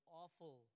awful